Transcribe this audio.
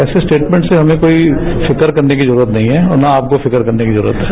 ऐसे स्टेटमेंट से हमें कोई फिक्र करने की जरूरत नहीं है और न आपको फिक्र करने की जरूरत है